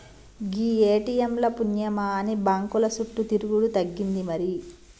గీ ATM ల పుణ్యమాని బాంకుల సుట్టు తిరుగుడు తగ్గింది మరి